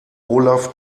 olaf